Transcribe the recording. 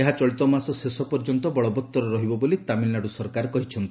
ଏହା ଚଳିତମାସ ଶେଷ ପର୍ଯ୍ୟନ୍ତ ବଳବଉର ରହିବ ବୋଲି ତାମିଲନାଡ଼ୁ ସରକାର କହିଛନ୍ତି